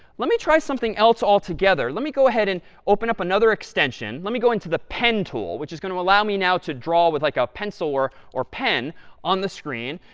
let me try something else altogether. let me go ahead and open up another extension. let me go into the pen tool, which is going to allow me now to draw with, like, a pencil or or pen on the screen.